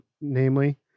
namely